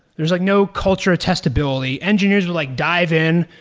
there's like no culture testability. engineers would like dive in,